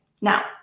Now